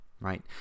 right